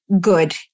good